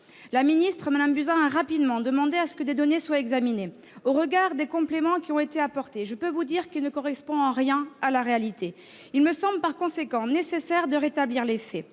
La ministre Agnès Buzyn a rapidement demandé que ces données soient examinées. Au regard des compléments qui ont été apportés, je puis vous affirmer que ces chiffres ne correspondent en rien à la réalité. Il me semble par conséquent nécessaire de rétablir les faits.